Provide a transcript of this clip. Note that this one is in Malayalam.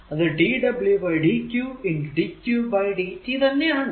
അത് dw dq dqdt തന്നെ ആണ്